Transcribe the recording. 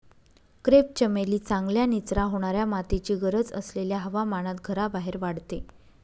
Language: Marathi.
क्रेप चमेली चांगल्या निचरा होणाऱ्या मातीची गरज असलेल्या हवामानात घराबाहेर वाढते